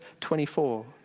24